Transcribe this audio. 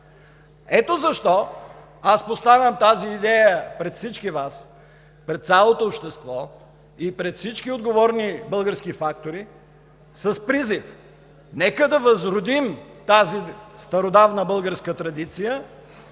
Ето защо аз поставям тази идея пред всички Вас, пред цялото общество и пред всички отговорни български фактори с призив: нека да възродим тази стародавна българска традиция